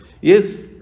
Yes